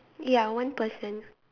ya one person